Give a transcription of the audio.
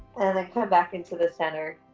and then come back into the center.